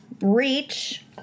reach